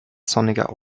sonniger